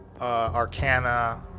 Arcana